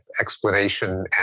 explanation